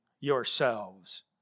yourselves